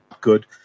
good